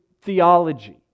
theology